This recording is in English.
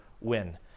win